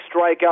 strikeout